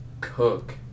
Cook